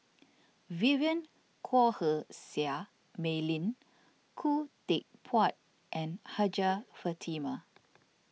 Vivien Quahe Seah Mei Lin Khoo Teck Puat and Hajjah Fatimah